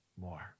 more